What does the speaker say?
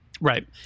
Right